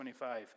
25